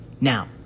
Now